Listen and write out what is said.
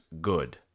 good